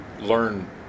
learn